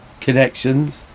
connections